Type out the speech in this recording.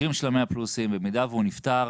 במידה והוא נפטר,